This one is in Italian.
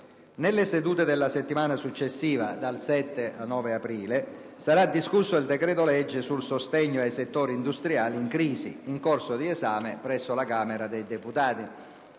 Nelle sedute della settimana successiva, dal 7 al 9 aprile, sarà discusso il decreto-legge sul sostegno ai settori industriali in crisi, in corso di esame presso la Camera dei deputati.